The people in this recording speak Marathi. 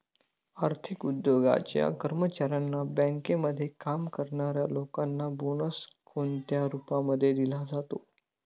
आर्थिक उद्योगाच्या कर्मचाऱ्यांना, बँकेमध्ये काम करणाऱ्या लोकांना बोनस कोणत्या रूपामध्ये दिला जातो?